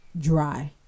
Dry